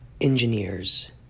engineers